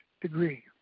degree